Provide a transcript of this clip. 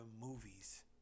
movies